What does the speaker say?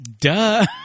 Duh